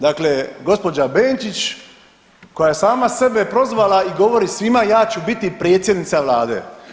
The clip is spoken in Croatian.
Dakle, gospođa Benčić koja je sama sebe prozvala i govorima svima ja ću biti predsjednica vlade.